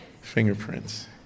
Fingerprints